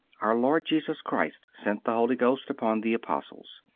our lord jesus christ sent the holy ghost upon the apostles.